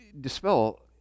dispel